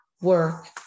work